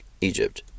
Egypt